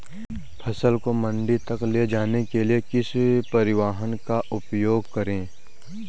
फसल को मंडी तक ले जाने के लिए किस परिवहन का उपयोग करें?